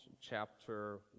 chapter